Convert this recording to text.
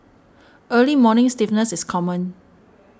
early morning stiffness is common